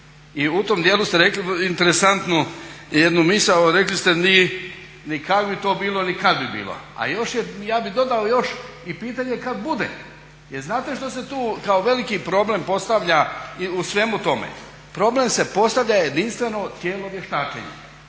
I u tom djelu ste rekli interesantnu jedu misao, rekli ste ni kako bi to bilo, ni kad bi bilo. A ja bi dodao još i pitanje kad bude. Jer znate što se tu kao veliki problem postavlja u svemu tome? Problem se postavlja jedinstveno tijelo vještačenja.